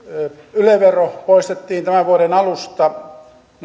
yle vero poistettiin tämän vuoden alusta